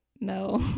no